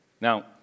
Now